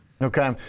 Okay